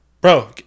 bro